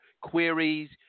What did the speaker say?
queries